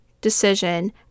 decision